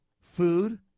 food